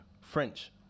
French